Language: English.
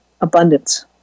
abundance